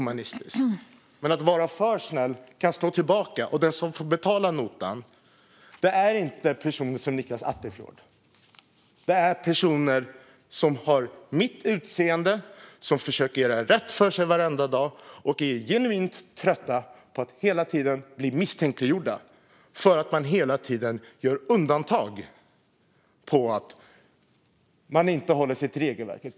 Men att vara för snäll kan slå tillbaka, och den som får betala notan är inte personer som Nicklas Attefjord. Det är personer med mitt utseende som försöker göra rätt för sig varenda dag och är genuint trötta på att hela tiden bli misstänkliggjorda, eftersom man hela tiden gör undantag och inte håller sig till regelverket.